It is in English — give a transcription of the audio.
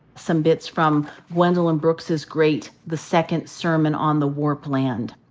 some bits from gwendolyn brooks's great the second sermon on the warpland.